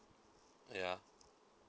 yeah